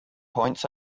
points